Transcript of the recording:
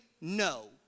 no